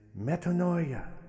metanoia